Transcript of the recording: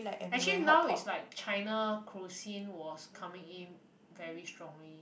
actually now is like china cuisine was coming in very strongly